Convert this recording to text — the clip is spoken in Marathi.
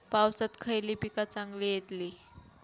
पावसात खयली पीका चांगली येतली?